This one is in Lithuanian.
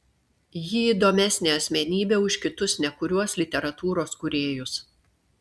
ji įdomesnė asmenybė už kitus nekuriuos literatūros kūrėjus